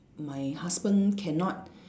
my husband cannot